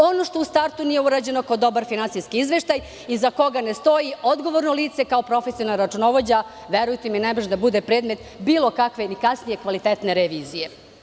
Ono što u startu nije urađeno kao dobar finansijski izveštaj, iza koga ne stoji odgovorno lice, kao profesionalni računovođa, verujte mi, ne može da bude predmet bilo kakve ili kasnije kvalitetne revizije.